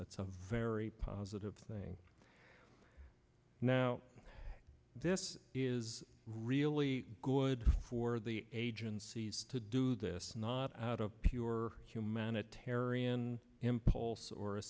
that's a very positive thing now this is really good for the agencies to do this not out of pure humanitarian impulse or a